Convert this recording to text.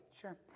Sure